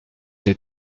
j’ai